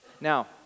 Now